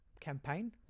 campaign